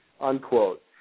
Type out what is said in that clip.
Unquote